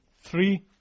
Three